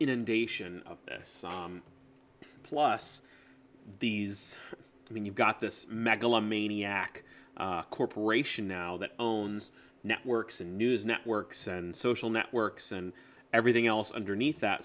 inundation of this plus these and then you've got this megalomaniac corporation now that owns networks and news networks and social networks and everything else underneath that